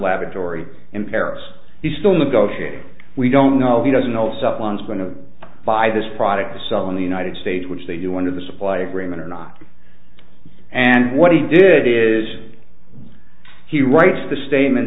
laboratory in paris he's still negotiating we don't know if he doesn't also up one's going to buy this product to sell in the united states which they do under the supply agreement or not and what he did is he writes the statement